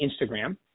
instagram